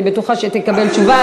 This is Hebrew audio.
אני בטוחה שתקבל תשובה.